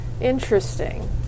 Interesting